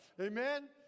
Amen